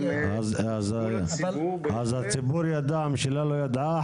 הם הוצגו לציבור -- אז הציבור ידע והממשלה לא ידעה,